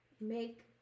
make